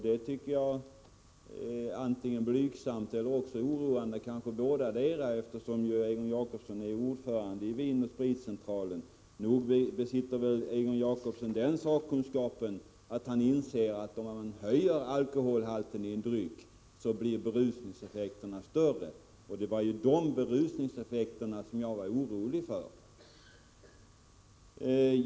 Det tycker jag är antingen blygsamt eller oroande, kanske bådadera, eftersom Egon Jacobsson är ordförande i AB Vinoch Spritcentralens styrelse. Nog besitter väl Egon Jacobsson den sakkunskapen att han inser att om man höjer alkoholhalten i en dryck, så blir berusningseffekterna större. Det var berusningseffekterna som jag var orolig för.